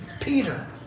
Peter